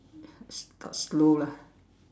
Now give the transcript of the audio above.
start slow lah